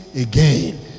again